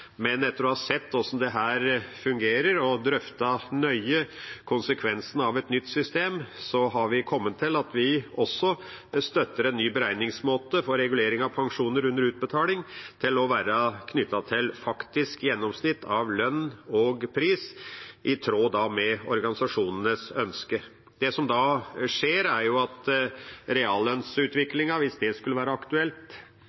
Men etter å ha sett hvordan dette fungerer, og drøftet nøye konsekvensene av et nytt system, har vi kommet til at vi også støtter en ny beregningsmåte for regulering av pensjoner under utbetaling til å være knyttet til faktisk gjennomsnitt av lønn og pris, i tråd med organisasjonenes ønske. Det som da skjer, er at